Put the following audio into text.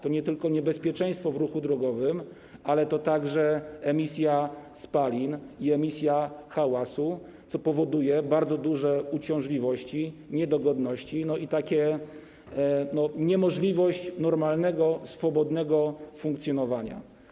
To nie tylko niebezpieczeństwo w ruchu drogowym, ale to także emisja spalin i emisja hałasu, co powoduje bardzo duże uciążliwości, niedogodności i niemożliwość normalnego, swobodnego funkcjonowania.